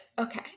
okay